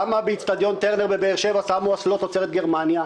למה באצטדיון טרנר בבאר שבע שמו אסלות תוצרת גרמניה?